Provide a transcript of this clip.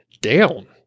down